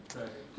right